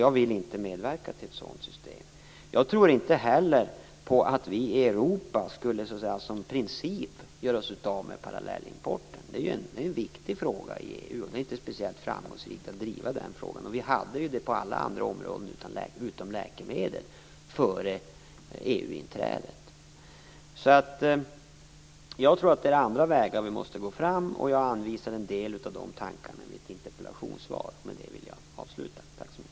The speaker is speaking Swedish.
Jag vill inte medverka till ett sådant system. Jag tror inte heller på att vi i Europa som princip skulle göra oss av med parallellimporten. Den är ju en viktig fråga i EU. Det skulle inte vara speciellt framgångsrikt att driva den frågan. Vi har ju haft parallellimport på alla områden utom läkemedel före EU Jag tror alltså att vi måste gå fram på andra vägar, och jag anger en del av dem i mitt interpellationssvar. Med detta vill jag avsluta debatten. Tack så mycket.